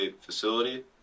facility